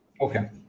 Okay